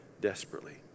desperately